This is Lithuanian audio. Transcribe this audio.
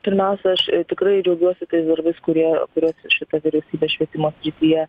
pirmiausia aš tikrai džiaugiuosi tais darbais kurie kuriuos šita vyriausybė švietimo srityje